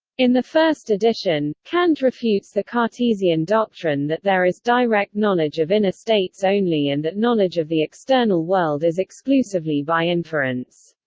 in the first edition, kant refutes the cartesian doctrine that there is direct knowledge of inner states only and that knowledge of the external world is exclusively by inference.